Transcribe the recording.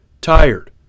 Tired